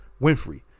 Winfrey